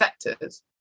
sectors